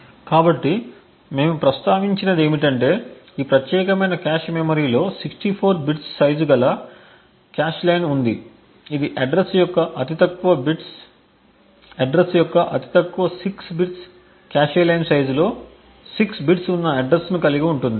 కాబట్టి మేము ప్రస్తావించినది ఏమిటంటే ఈ ప్రత్యేకమైన కాష్ మెమరీలో 64 బిట్స్ సైజు గల కాష్ లైన్ఉంది ఇది అడ్రస్ యొక్క అతి తక్కువ బిట్స్ అడ్రస్ యొక్క అతి తక్కువ 6 బిట్స్ కాష్ లైన్ సైజులో 6 బిట్స్ ఉన్న అడ్రస్ ను కలిగి ఉంటుంది